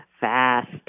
fast